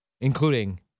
including